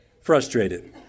frustrated